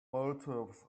motives